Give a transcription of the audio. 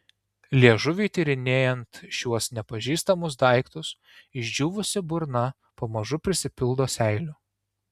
liežuviui tyrinėjant šiuos nepažįstamus daiktus išdžiūvusi burna pamažu prisipildo seilių